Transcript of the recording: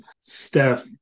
Steph